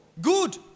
Good